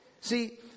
See